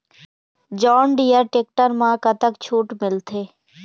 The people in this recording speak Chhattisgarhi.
जॉन डिअर टेक्टर म कतक छूट मिलथे?